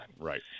Right